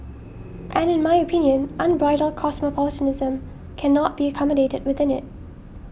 and in my opinion unbridled cosmopolitanism cannot be accommodated within it